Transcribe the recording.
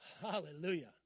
Hallelujah